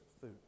food